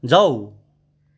जाऊ